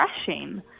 refreshing